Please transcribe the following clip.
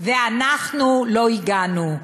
ואנחנו לא הגענו,